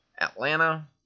Atlanta